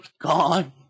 gone